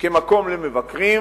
כמקום למבקרים